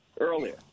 earlier